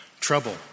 trouble